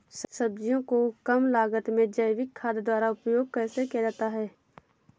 सब्जियों को कम लागत में जैविक खाद द्वारा उपयोग कैसे किया जाता है?